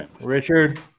Richard